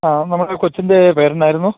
ആ നമ്മുടെ കൊച്ചിന്റെ പേരെന്നായിരുന്നു